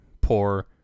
poor